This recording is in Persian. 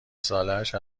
سالش